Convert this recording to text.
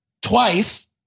twice